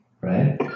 right